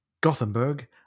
Gothenburg